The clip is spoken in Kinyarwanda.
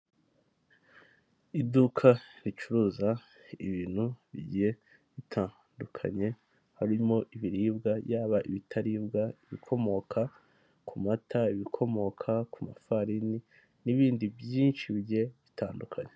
Iduka ricuruza ibintu bigiye bitandukanye harimo ibiribwa yaba ibitaribwa ibikomoka ku mata, ibikomoka ku mafarini, n'ibindi byinshi bigiye bitandukanye.